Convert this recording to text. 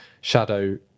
shadow